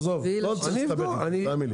עזוב, לא צריך להסתבך עם זה.